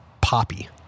poppy